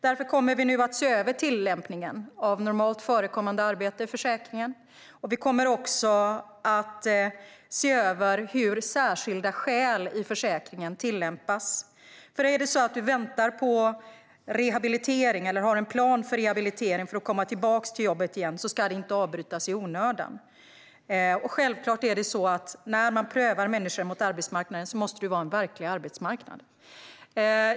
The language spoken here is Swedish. Därför kommer vi nu att se över tillämpningen av "normalt förekommande arbete" i försäkringen, och vi kommer också att se över hur särskilda skäl i försäkringen tillämpas. För den som väntar på rehabilitering eller har en plan för rehabilitering för att komma tillbaka till jobbet igen ska det hela inte avbrytas i onödan. Och när man prövar människor mot arbetsmarknaden måste det självklart handla om en verklig arbetsmarknad.